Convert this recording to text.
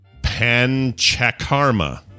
panchakarma